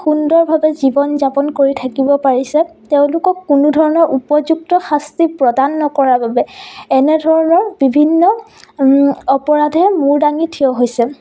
সুন্দৰভাৱে জীৱন যাপন কৰি থাকিব পাৰিছে তেওঁলোকক কোনো ধৰণৰ উপযুক্ত শাস্তি প্ৰদান নকৰা বাবে এনেধৰণৰ বিভিন্ন অপৰাধে মূৰ দাঙি ঠিয় হৈছে